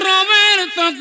Roberto